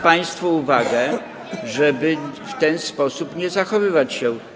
państwu uwagę, żeby w ten sposób nie zachowywać się.